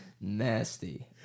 Nasty